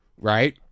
right